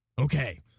Okay